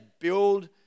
build